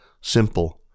Simple—